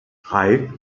drei